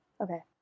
Okay